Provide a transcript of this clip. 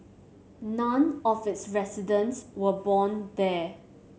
none of its residents were born there